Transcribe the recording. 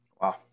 Wow